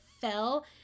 fell